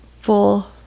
full